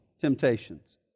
temptations